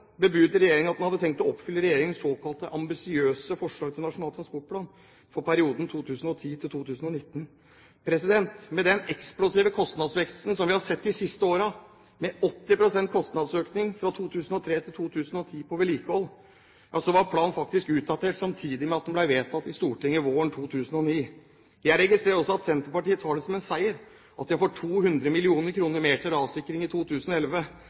at den hadde tenkt å oppfylle regjeringens såkalt ambisiøse forslag til Nasjonal transportplan for perioden 2010–2019. Med den eksplosive kostnadsveksten vi har sett de siste årene, med 80 pst. kostnadsøkning fra 2003 til 2010 på vedlikehold, var planen faktisk utdatert samtidig med at den ble vedtatt i Stortinget våren 2009. Jeg registrerer også at Senterpartiet tar det som en seier at de har fått 200 mill. kr mer til rassikring i 2011.